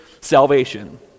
salvation